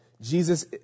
Jesus